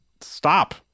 stop